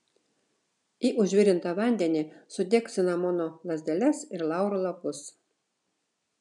į užvirintą vandenį sudėk cinamono lazdeles ir lauro lapus